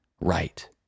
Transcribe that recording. right